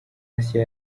assia